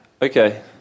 Okay